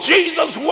Jesus